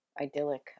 idyllic